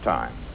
Time